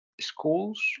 schools